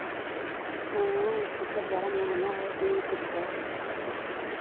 हाँ टिकट बड़ा महँगा है तीन सौ रुपये